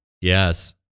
yes